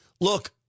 Look